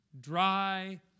dry